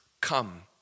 Come